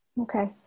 Okay